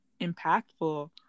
impactful